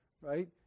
right